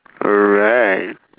alright